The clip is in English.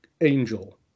angel